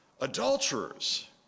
adulterers